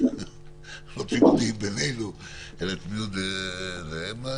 שנרד לדברים עצמם.